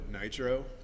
nitro